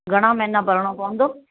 घणा महीना भरिणो पवंदो